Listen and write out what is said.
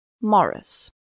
Morris